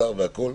וכו',